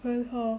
很好